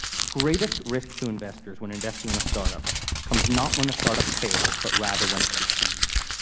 the greatest risk to investors when investing in a startup comes not when the startup fails but rather when it succeeds.